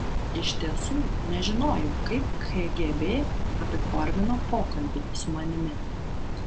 iš tiesų nežinojau kaip kgb apiformino pokalbį su manimi